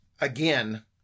Again